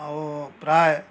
ଆଉ ପ୍ରାୟ